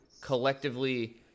collectively